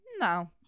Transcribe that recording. no